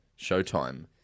Showtime